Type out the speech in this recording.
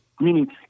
Meaning